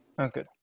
Okay